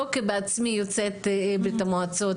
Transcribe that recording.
לא כבעצמי יוצאת ברית המועצות,